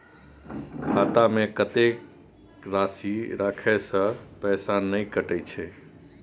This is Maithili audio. खाता में कत्ते राशि रखे से पैसा ने कटै छै?